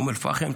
אום אל-פחם,